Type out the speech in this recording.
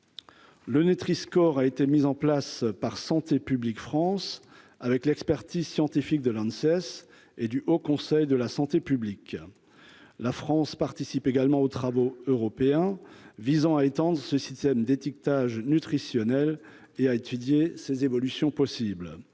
le Nutri score a été mis en place par Santé publique France avec l'expertise scientifique de ANC et du Haut Conseil de la santé publique, la France participe également aux travaux européens visant à étendre ce système d'étiquetage nutritionnel et à étudier ces évolutions possibles,